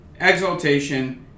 exaltation